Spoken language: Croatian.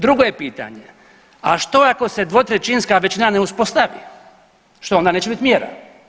Drugo je pitanje, a što ako se dvotrećinska većina ne uspostavi što onda neće biti mjera?